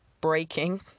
breaking